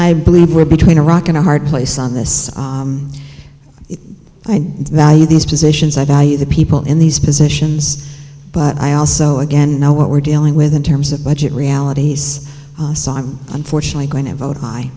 i believe we're between a rock and a hard place on this and value these positions i value the people in these positions but i also again know what we're dealing with in terms of budget realities unfortunately going to vote hi